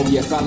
Yes